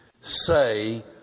say